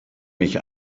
mich